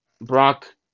Brock